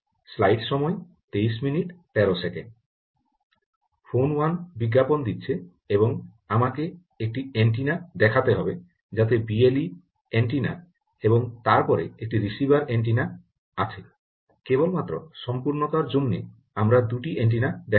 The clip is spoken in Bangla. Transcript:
ফোন 1 বিজ্ঞাপন দিচ্ছে এবং আমাকে একটি অ্যান্টেনা দেখাতে হবে যাতে BLE অ্যান্টেনা এবং তারপরে একটি রিসিভার অ্যান্টেনা আছে কেবলমাত্র সম্পূর্ণতার জন্য আমরা দুটি অ্যান্টেনা দেখাতে হয়